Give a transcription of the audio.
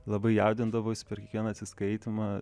labai jaudindavausi per kiekvieną atsiskaitymą